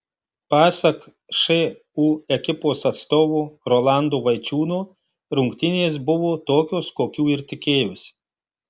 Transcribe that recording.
pasak šu ekipos atstovo rolando vaičiūno rungtynės buvo tokios kokių ir tikėjosi